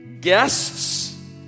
Guests